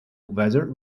weather